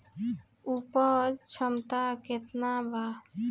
उपज क्षमता केतना वा?